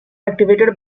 activated